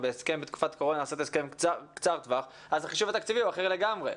בתקופת קורונה לעשות הסכם קצר טווח אז החישוב התקציבי הוא אחר לגמרי.